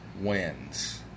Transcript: wins